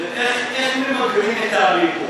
איך ממגרים את האלימות.